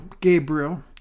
Gabriel